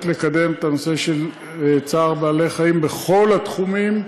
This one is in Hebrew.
לקדם את הנושא של צער בעלי-חיים בכל התחומים,